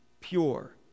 pure